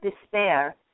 despair